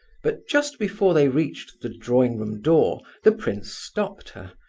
but just before they reached the drawing-room door, the prince stopped her,